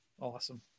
Awesome